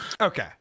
Okay